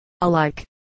Alike